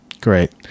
Great